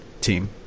team